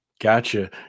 Gotcha